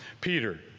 Peter